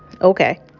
Okay